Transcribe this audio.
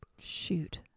Shoot